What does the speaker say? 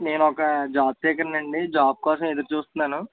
నేను ఒక జాబ్ సీకర్ని అండి జాబ్ కోసం ఎదురుచూస్తున్నాను